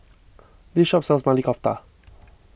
this shop sells Maili Kofta